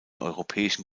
europäischen